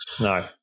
No